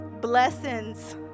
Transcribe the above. blessings